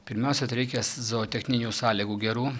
pirmiausia tai reikia zootechninių sąlygų gerų